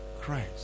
Christ